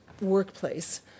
Workplace